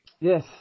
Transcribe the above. Yes